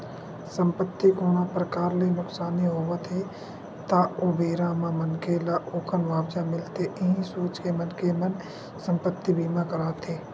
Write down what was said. संपत्ति कोनो परकार ले नुकसानी होवत हे ता ओ बेरा म मनखे ल ओखर मुवाजा मिलथे इहीं सोच के मनखे मन संपत्ति बीमा कराथे